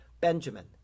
Benjamin